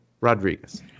Rodriguez